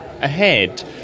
ahead